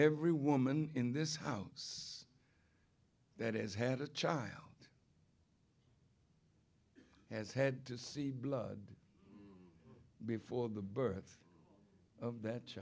every woman in this house that has had a child has had to see blood before the birth of that